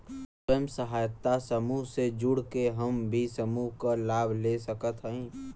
स्वयं सहायता समूह से जुड़ के हम भी समूह क लाभ ले सकत हई?